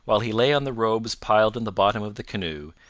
while he lay on the robes piled in the bottom of the canoe,